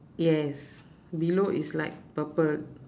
yes below is like purple